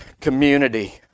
community